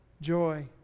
joy